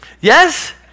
Yes